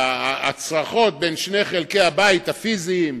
ההצרחות בין שני חלקי הבית הפיזיים,